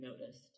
noticed